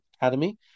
academy